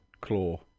claw